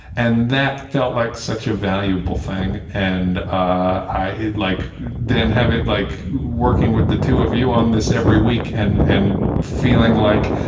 and that felt like such a valuable thing. and i like then have it like working with the two of you on this every week and and feeling like,